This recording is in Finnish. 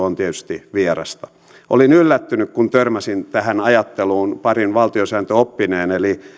on tietysti vierasta olin yllättynyt kun törmäsin tähän ajatteluun parin valtiosääntöoppineen eli